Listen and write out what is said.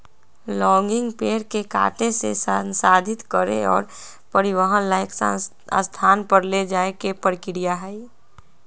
logging पेड़ के काटे से, संसाधित करे और परिवहन ला एक स्थान पर ले जाये के प्रक्रिया हई